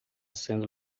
sendo